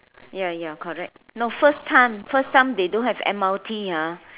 ya ya correct no first time first time they don't have m_r_t ah